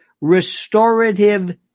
Restorative